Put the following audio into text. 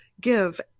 give